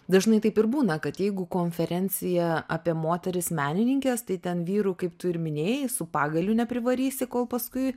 dažnai taip ir būna kad jeigu konferencija apie moteris menininkes tai ten vyrų kaip tu ir minėjai su pagaliu neprivarysi kol paskui